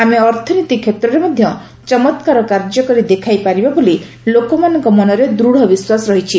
ଆମେ ଅର୍ଥନୀତି କ୍ଷେତ୍ରରେ ମଧ୍ୟ ଚମତ୍କାର କାର୍ଯ୍ୟ କରି ଦେଖାଇପାରିବା ବୋଲି ଲୋକମାନଙ୍କ ମନରେ ଦୃଢ଼ ବିଶ୍ୱାସ ରହିଛି